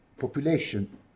population